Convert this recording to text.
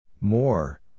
More